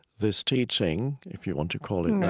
this teaching if you want to call it